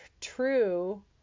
true